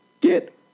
get